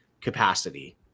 capacity